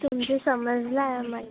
तुमचं समजलं आहे मला